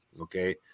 Okay